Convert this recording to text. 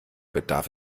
bedarf